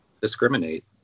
discriminate